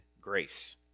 grace